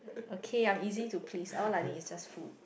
okay I'm easy to please all I need is just food